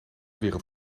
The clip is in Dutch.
wereld